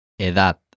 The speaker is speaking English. Edad